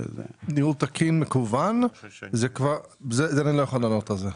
ניהול תקין מקוון, זה אני לא יכול לענות על זה.